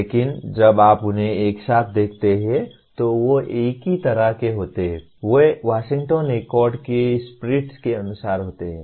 लेकिन जब आप उन्हें एक साथ देखते हैं तो वे एक ही तरह के होते हैं वे वाशिंगटन एकॉर्ड की स्पिरिट के अनुसार होते हैं